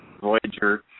Voyager